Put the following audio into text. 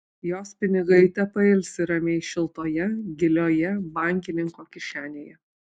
jos pinigai tepailsi ramiai šiltoje gilioje bankininko kišenėje